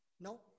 No